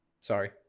sorry